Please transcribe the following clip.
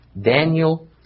Daniel